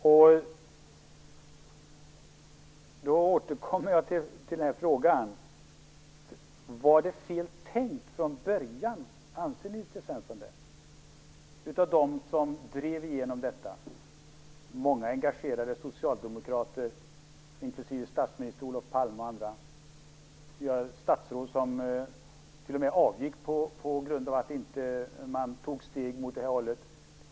Så jag återkommer till frågan: Anser Nils T Svensson att det var fel tänkt från början av dem som drev igenom detta? Det var många engagerade socialdemokrater, inklusive statsminister Olof Palme och andra. Vi hade statsråd som t.o.m. avgick på grund av att man inte tog några steg i den riktningen.